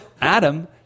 Adam